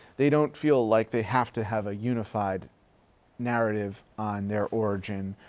they don't feel like they have to have a unified narrative on their origin.